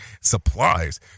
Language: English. supplies